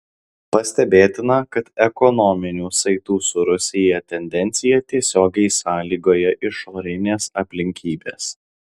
pastebėtina kad ekonominių saitų su rusija tendencija tiesiogiai sąlygoja išorinės aplinkybės